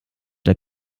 der